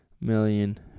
million